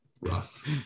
rough